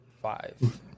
five